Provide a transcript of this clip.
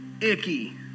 Icky